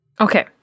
Okay